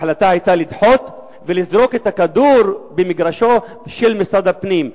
ההחלטה היתה לדחות ולזרוק את הכדור למגרשו של משרד הפנים.